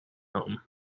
home